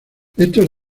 estos